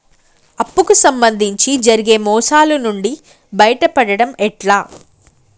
అప్పు కు సంబంధించి జరిగే మోసాలు నుండి బయటపడడం ఎట్లా?